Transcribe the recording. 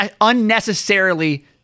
unnecessarily